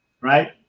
right